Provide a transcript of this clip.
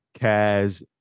Kaz